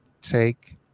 take